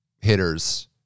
hitters